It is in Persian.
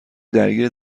درگیر